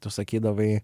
tu sakydavai